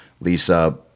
Lisa